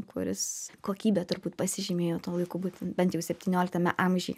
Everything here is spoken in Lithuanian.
kuris kokybe turbūt pasižymėjo tuo laiku būten bent jau septynioliktame amžiuj